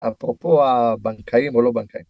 אפרופו הבנקאים או לא בנקאים.